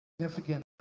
significant